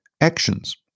actions